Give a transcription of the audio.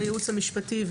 בייעוץ המשפטי,